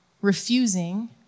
refusing